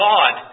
God